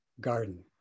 garden